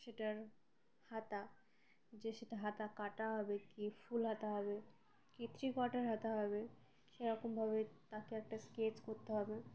সেটার হাতা যে সেটা হাতা কাটা হবে কী ফুল হাতা হবে কী থ্রিকটার হাতা হবে সেরকমভাবে তাকে একটা স্কেচ করতে হবে